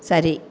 சரி